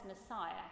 Messiah